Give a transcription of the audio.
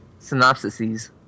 Synopsises